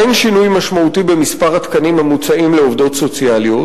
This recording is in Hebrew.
אין שינוי משמעותי במספר התקנים המוצעים לעובדות סוציאליות.